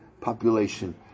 population